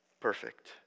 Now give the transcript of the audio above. perfect